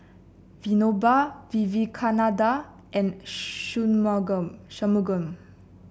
Vinoba Vivekananda and Shunmugam Shunmugam